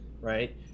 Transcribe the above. right